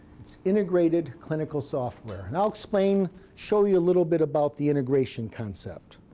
it's integrated clinical software. and i'll explain, show you a little bit about the integration concept.